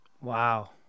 Wow